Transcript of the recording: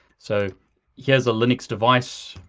so here's a linux device.